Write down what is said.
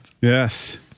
Yes